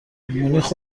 مونیخ